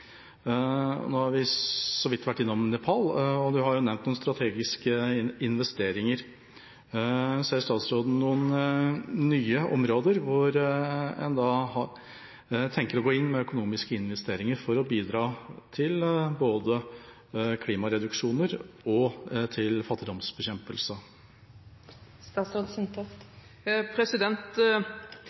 Nå har vi så vidt vært innom Nepal, og statsråden har jo nevnt noen strategiske investeringer. Ser statsråden noen nye områder hvor en tenker å gå inn med økonomiske investeringer for å bidra til både klimareduksjoner og fattigdomsbekjempelse? Hovedvekten av den norske satsingen på tiltak – i tillegg til